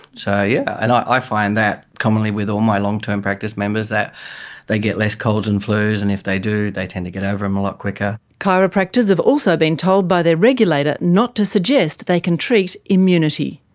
so yes. yeah and i i find that commonly with all my long-term practice members, that they get less colds and flus, and if they do they tend to get over them a lot quicker. chiropractors have also been told by their regulator not to suggest they can treat immunity.